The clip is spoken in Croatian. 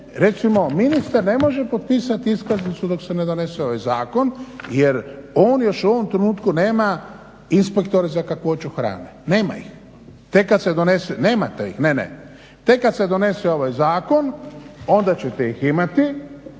recimo ministar ne može potpisati iskaznicu dok se ne donese ovaj zakon jer on još u ovom trenutku nema inspektore za kakvoću hrane, nema ih. Tek kad se donese … /Upadica se ne